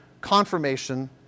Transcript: confirmation